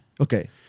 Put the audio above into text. Okay